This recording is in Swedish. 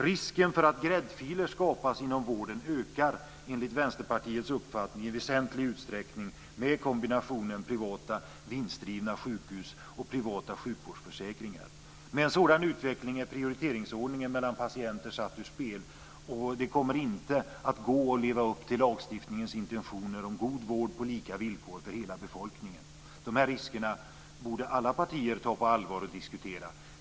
Risken för att gräddfiler skapas inom vården ökar enligt Vänsterpartiets uppfattning i väsentlig utsträckning med kombinationen privata vinstdrivna sjukhus och privata sjukvårdsförsäkringar. Med en sådan utveckling är prioriteringsordningen mellan patienter satt ur spel, och det kommer inte att gå att leva upp till lagstiftningens intentioner om god vård på lika villkor för hela befolkningen. Dessa risker borde alla partier ta på allvar och diskutera.